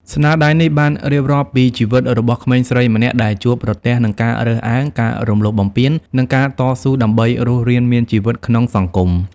ស្នាដៃនេះបានរៀបរាប់ពីជីវិតរបស់ក្មេងស្រីម្នាក់ដែលជួបប្រទះនឹងការរើសអើង ការរំលោភបំពាន និងការតស៊ូដើម្បីរស់រានមានជីវិតក្នុងសង្គម។